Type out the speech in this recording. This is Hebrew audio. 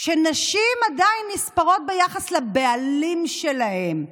שנשים עדיין נספרות ביחס לבעלים שלהן.